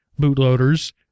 bootloaders